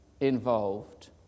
involved